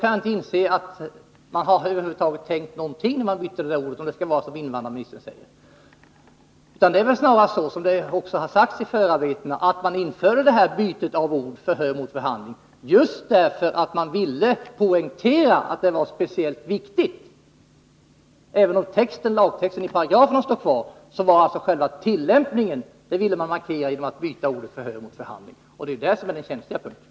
Jag kan inte inse att man över huvud taget haft någon tanke med utbytet av orden, om det är som invandrarministern säger. Det är väl så, som det också har sagts i förarbetena, att man genomförde utbytet av ordet ”förhör” mot ordet ”förhandling” därför att man ville poängtera att det gällde något speciellt viktigt. Även om texten i övrigt i de berörda lagparagraferna står kvar, ville man markera betydelsen av deras tillämpning genom byte av ordet ”förhör” mot ”förhandling”. Det är det som är den väsentliga punkten.